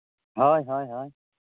ᱦᱳᱭ ᱦᱳᱭ ᱦᱳᱭ